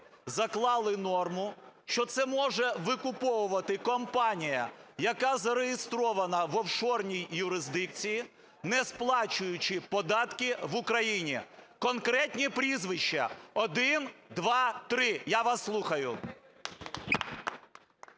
заклали норму, що це може викуповувати компанія, яка зареєстрована в офшорній юрисдикції, не сплачуючи податки в Україні? Конкретні прізвища – один, два, три. Я вас слухаю.